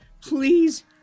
Please